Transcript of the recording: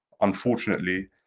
unfortunately